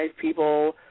people